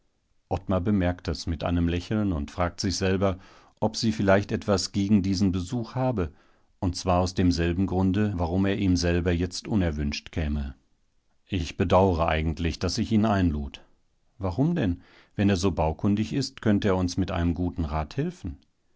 ottmar bemerkt es mit einem lächeln und fragt sich selber ob sie vielleicht etwas gegen diesen besuch habe und zwar aus demselben grunde warum er ihm selber jetzt unerwünscht käme ich bedaure eigentlich daß ich ihn einlud warum denn wenn er so baukundig ist könnte er uns mit einem guten rat helfen